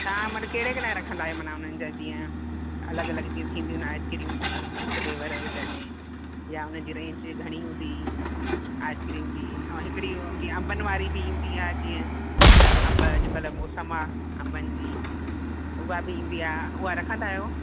तव्हां मन कहिड़े कहिड़ा रखंदा आहियो मन हुननि जा जीअं अलॻि अलॻि जीअं थींदियूं आहिनि आइस्क्रीम भई फ्वलेर हुजनि या हुनजी रेंज घणी हूंदी आइस्क्रीम जी ऐं हिकिड़ी ऐं जीअं अंबनि वारी बि ईंदी आहे जीअं अंब अॼकल्ह मौसमु आहे अंबनि जी उहा बि ईंदी आहे उहा रखंदा आहियो